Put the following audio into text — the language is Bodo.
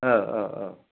ओ ओ ओ